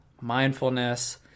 mindfulness